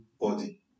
body